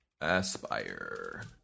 Aspire